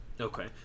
Okay